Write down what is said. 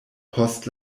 post